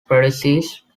predeceased